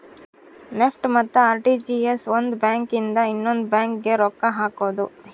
NEFT ಮತ್ತ RTGS ಒಂದ್ bank ಇಂದ ಇನ್ನೊಂದು ಬ್ಯಾಂಕ್ ಗೆ ರೊಕ್ಕ ಹಕೋದು